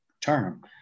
term